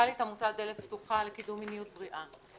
מנכ"לית עמותת דלת פתוחה לקידום מיניות בריאה.